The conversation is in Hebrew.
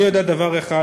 אני יודע דבר אחד,